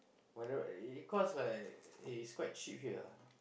but that one it it cost like eh it's quite cheap here ah